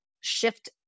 shift